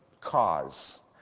cause